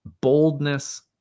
boldness